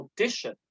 audition